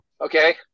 Okay